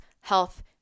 health